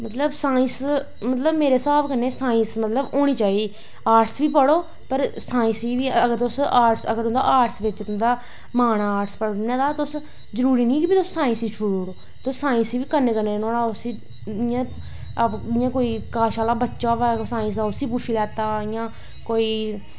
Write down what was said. मतलव साईंस मतलव मेरे हिसाब कन्नै होनी चाही दी आर्टस गी बी पढ़ो अगर आर्टस तुंदा आर्टस बिच्च तुंदा मन ऐ आर्टस पढ़नें दा तुस जरूरी नी ऐ तिस साईंस गी छोड़ी ओड़ो तिस साईंस गी बी कन्नै कन्नै नुआढ़ा इयां मतलव कोई साईंस आह्ला बच्चा होऐ कश उसी पुच्छी लैत्ता कोई